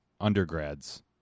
undergrads